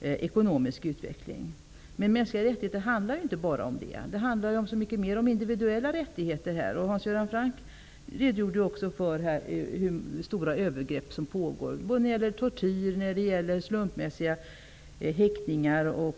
ekonomisk utveckling. Men mänskliga rättigheter handlar inte bara om det. Det handlar också om individuella rättigheter. Hans Göran Franck redogjorde för övergrepp, t.ex. tortyr och slumpmässiga häktningar.